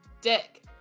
Dick